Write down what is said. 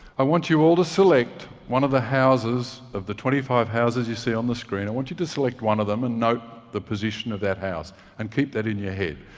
i want you all to select one of the houses of the twenty five houses you see on the screen. i want you to select one of them and note the position of that house and keep that in your head.